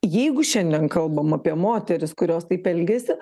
jeigu šiandien kalbam apie moteris kurios taip elgiasi